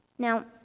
Now